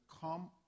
Come